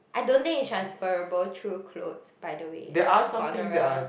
I don't think it's transferable through clothes by the way gonorrhea